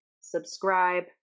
subscribe